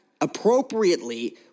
Appropriately